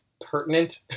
pertinent